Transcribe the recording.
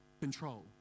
Control